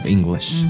English